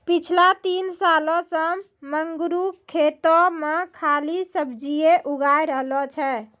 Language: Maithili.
पिछला तीन सालों सॅ मंगरू खेतो मॅ खाली सब्जीए उगाय रहलो छै